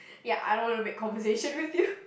ya I don't wanna make conversation with you